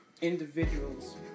individuals